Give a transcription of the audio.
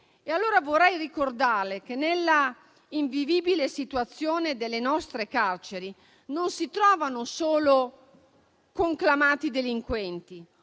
CEDU. Vorrei ricordare che nell'invivibile situazione delle nostre carceri non si trovano solo conclamati delinquenti.